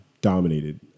dominated